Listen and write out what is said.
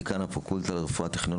דיקן הפקולטה לרפואה בטכניון,